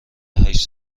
هشت